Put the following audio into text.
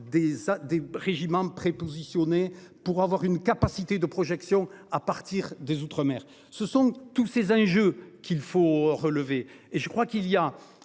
des régiments prépositionnés pour avoir une capacité de projection à partir des outre-mer ce sont tous ces enjeux qu'il faut relever